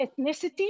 ethnicity